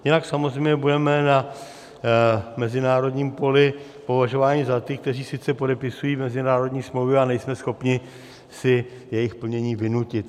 Jinak samozřejmě budeme na mezinárodním poli považováni za ty, kteří sice podepisují mezinárodní smlouvy, ale nejsme schopni si jejich plnění vynutit.